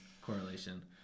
correlation